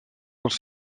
pels